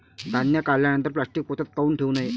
धान्य काढल्यानंतर प्लॅस्टीक पोत्यात काऊन ठेवू नये?